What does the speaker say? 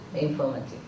informative